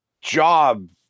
job